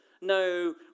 no